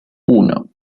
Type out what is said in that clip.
uno